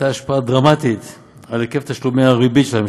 השפעה דרמטית על היקף תשלומי הריבית של הממשלה.